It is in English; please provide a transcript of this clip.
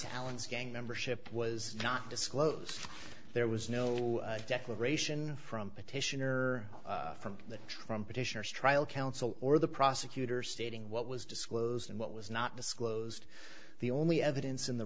to allen's gang membership was not disclosed there was no declaration from petitioner from the trumpet issues trial counsel or the prosecutor stating what was disclosed and what was not disclosed the only evidence in the